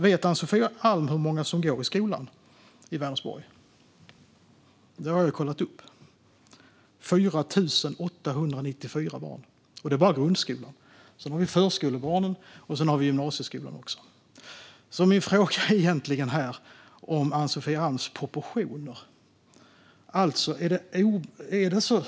Vet Ann-Sofie Alm hur många som går i skolan i Vänersborg? Det har jag kollat upp. Det är 4 894 barn, och det är bara i grundskolan. Sedan har vi förskolebarnen och gymnasieskolan. Min fråga handlar egentligen om Ann-Sofie Alms proportioner.